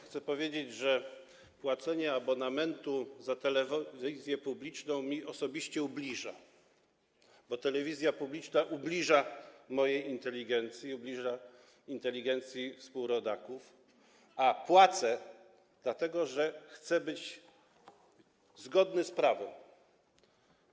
Chcę powiedzieć, że płacenie abonamentu za telewizję publiczną mi osobiście ubliża, bo telewizja publiczna ubliża mojej inteligencji, ubliża inteligencji współrodaków, a płacę dlatego, że chcę być zgodny z prawem.